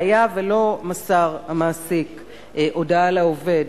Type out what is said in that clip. והיה ולא מסר המעסיק הודעה לעובד,